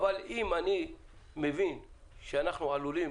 אבל אם אני מבין שאנחנו עלולים